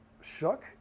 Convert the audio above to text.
shook